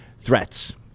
threats